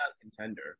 contender